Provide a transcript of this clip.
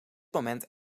moment